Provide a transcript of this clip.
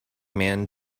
man